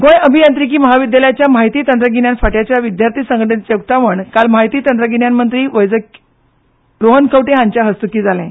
गोंय अभियांत्रिकी महाविद्यालयाच्या म्हायती तंत्रगिन्यान फाट्याच्या विद्यार्थी संघटनेचें उक्तावण काल म्हायती तंत्रगिन्यान मंत्री वैजकी रोहन खंवटे हांच्या हस्तुकी जालें